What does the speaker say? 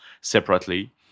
separately